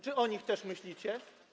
Czy o nich też myślicie?